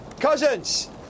Cousins